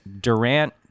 durant